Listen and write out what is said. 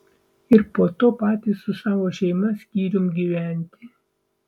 ir po to patys su savo šeima skyrium gyventi